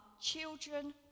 children